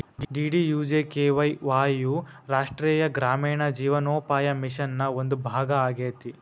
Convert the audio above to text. DDUGKY Y U ರಾಷ್ಟ್ರೇಯ ಗ್ರಾಮೇಣ ಜೇವನೋಪಾಯ ಮಿಷನ್ ನ ಒಂದು ಭಾಗ ಆಗೇತಿ